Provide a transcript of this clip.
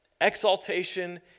exaltation